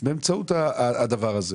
באמצעות הדבר הזה.